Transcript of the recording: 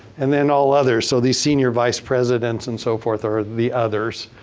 and then all others. so, the senior vice presidents and so forth are the others.